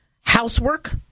housework